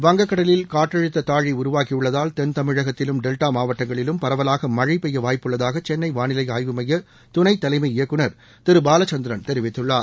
வங்கக்கடலில் காற்றமுத்ததாழிஉருவாகியுள்ளதால் தென்தமிழகத்திலும் டெல்டாமாவட்டங்களிலும் பரவலாகமழைபெய்யவாய்ப்பு உள்ளதாகசென்ளைவாளிலைஆய்வு மையதுணைத்தலைமை இயக்குநர் திருபாலச்சந்திரன் தெரிவித்துள்ளார்